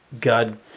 God